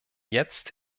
jetzt